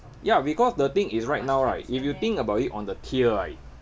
ya because the thing is right now right if you think about it on the tier right